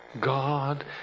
God